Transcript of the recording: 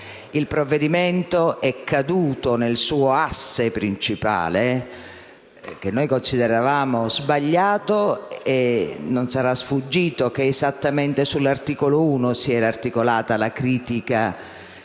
Il provvedimento è caduto nel suo asse principale, che noi consideravamo sbagliato. E non sarà sfuggito che è esattamente sull'articolo 1 che si era articolata la critica